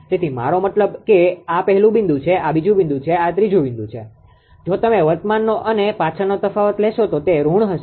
તેથી મારો મતલબ કે આ પહેલુ બિંદુ છે આ બીજુ છે આ ત્રીજુ છે જો તમે વર્તમાનનો અને પાછળનો તફાવત લેશો તો તે ઋણ હશે